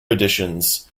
editions